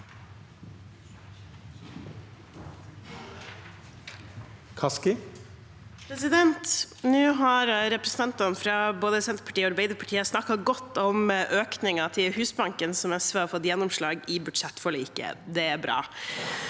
Nå har repre- sentantene fra både Senterpartiet og Arbeiderpartiet snakket godt om økningen til Husbanken, som SV har fått gjennomslag for i budsjettforliket. Det er bra.